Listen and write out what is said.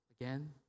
Again